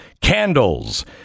candles